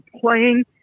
playing